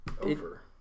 Over